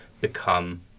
become